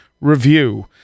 review